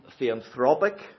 theanthropic